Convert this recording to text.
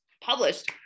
published